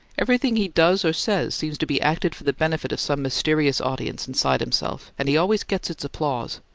everything he does or says seems to be acted for the benefit of some mysterious audience inside himself, and he always gets its applause.